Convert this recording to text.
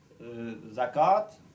zakat